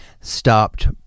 stopped